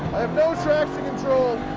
i have no traction control.